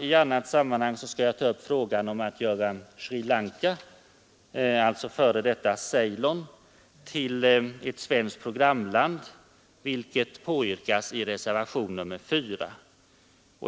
I annat sammanhang skall jag ta upp frågan om att göra Sri Lanka — alltså f. d. Ceylon — till ett svenskt programland, vilket påyrkas i reservationen 4.